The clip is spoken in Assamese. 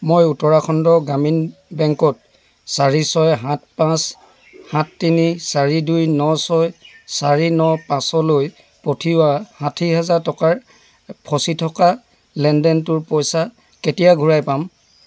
মই উত্তৰাখণ্ড গ্ৰামীণ বেংকত চাৰি ছয় সাত পাঁচ সাত তিনি চাৰি দুই ন ছয় চাৰি ন পাঁচলৈ পঠিওৱা ষাঠি হাজাৰ টকাৰ ফচি থকা লেনদেনটোৰ পইচা কেতিয়া ঘূৰাই পাম